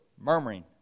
murmuring